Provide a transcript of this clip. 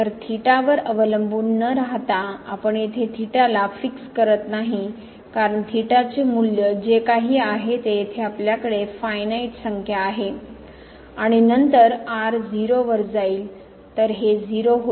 तर थिटा वर अवलंबून न राहता आपण येथे थिटाला फिक्स करीत नाही कारण थिटाचे मूल्य जे काही आहे ते येथे आपल्याकडे फायानाईट संख्या आहे आणि नंतर r 0 वर जाईल तर हे 0 होईल